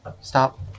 stop